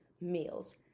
meals